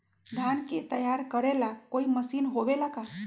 धान के तैयार करेला कोई मशीन होबेला का?